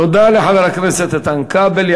תודה לחבר הכנסת איתן כבל.